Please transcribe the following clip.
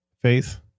Faith